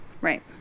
Right